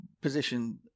position